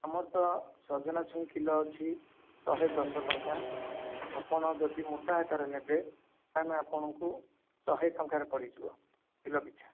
ଆମର ତ ସଜନା ଛୁଇଁ କିଲୋ ଅଛି ଶହେ ଦଶ ଟଙ୍କା ଆପଣ ଯଦି ମୋଟା ଆକାରରେ ନେବେ ତାହେଲେ ଆପଣଙ୍କୁ ଶହେ ଟଙ୍କାରେ ପଡ଼ିଯିବ କିଲୋ ପିଛା